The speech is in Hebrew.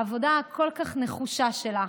העבודה הכל-כך נחושה שלך,